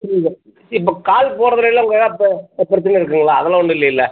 புரியல இப்போ கால் போகிறதுலயெல்லாம் உங்கள் இப்போ ஏதாவது பிரச்சின இருக்குதுங்களா அதெல்லாம் ஒன்றும் இல்லையில்லை